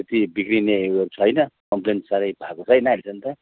त्यति बिग्रिने उयो छैन कम्प्लेन साह्रै भएको छैन अहिलेसम्म त